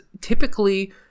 typically